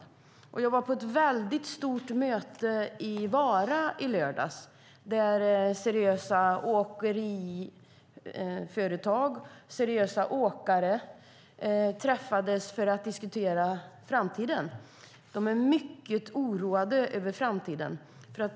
I lördags var jag på ett väldigt stort möte i Vara. Seriösa åkare träffades för att diskutera framtiden. De är mycket oroade inför framtiden.